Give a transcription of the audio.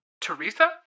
Teresa